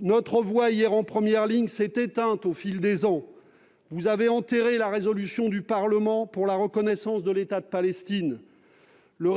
Notre voix, hier en première ligne, s'est éteinte au fil des ans. Vous avez enterré la résolution du Parlement pour la reconnaissance de l'État de Palestine. La